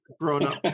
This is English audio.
Grown-Up